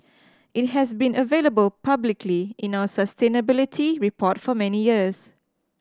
it has been available publicly in our sustainability report for many years